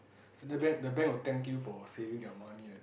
so the bank the bank will thank you for saving their money and